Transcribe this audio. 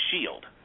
Shield